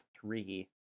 three